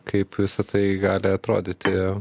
kaip visa tai gali atrodyti